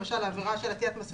למשל העבירה של עטיית מסכה,